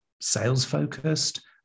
sales-focused